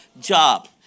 job